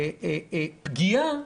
פגיעה